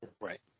Right